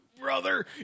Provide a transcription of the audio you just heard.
brother